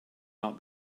not